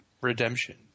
redemption